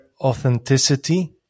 authenticity